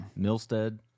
milstead